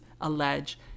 allege